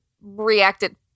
reacted